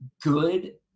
good